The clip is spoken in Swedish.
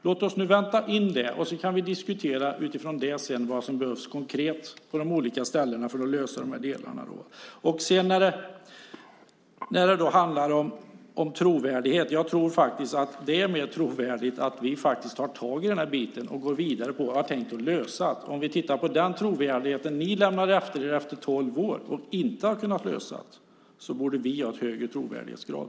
Låt oss nu vänta in det, och sedan kan vi diskutera utifrån det vad som behövs konkret på de olika ställena för att lösa de här delarna. Man talar om trovärdighet här. Jag tror att det är mer trovärdigt att vi tar tag i den här biten och går vidare med hur vi har tänkt lösa den. Man kan ju titta på den trovärdighet som ni lämnade efter er efter tolv år utan att kunna lösa det här. Vi borde ha en högre trovärdighetsgrad.